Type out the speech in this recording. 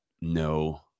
No